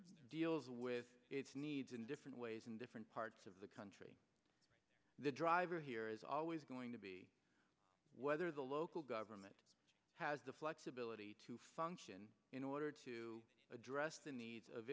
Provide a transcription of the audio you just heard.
deals with its needs in different ways in different parts of the country the driver here is always going to be whether the local government has the flexibility to function in order to address the needs of